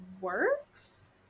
works